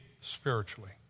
spiritually